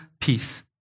peace